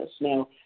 Now